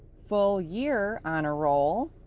full year honor roll,